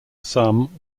some